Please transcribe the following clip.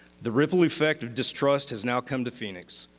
the ripple effect of distrust has now come to phoenix.